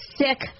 sick